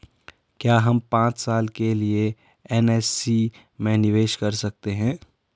क्या हम पांच साल के लिए एन.एस.सी में निवेश कर सकते हैं?